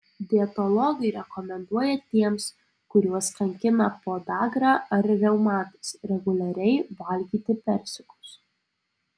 dietologai rekomenduoja tiems kuriuos kankina podagra ar reumatas reguliariai valgyti persikus